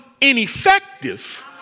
ineffective